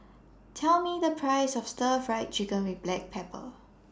Tell Me The Price of Stir Fried Chicken with Black Pepper